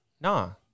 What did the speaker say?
No